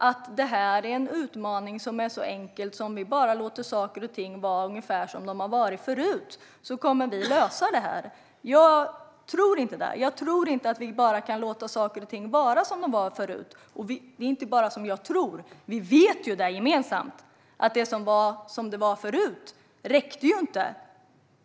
Man kan inte säga att utmaningen är så enkel, att om vi bara låter saker och ting vara ungefär som de har varit förut kommer man att kunna lösa detta. Jag tror inte det. Jag tror inte att man bara kan låta saker och ting vara som de var förut. Och det är inte bara som jag tror, vi vet ju att det som var förut räckte ju inte.